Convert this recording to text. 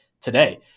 today